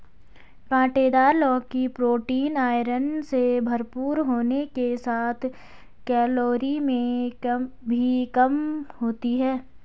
काँटेदार लौकी protein, iron से भरपूर होने के साथ कैलोरी में भी कम होती है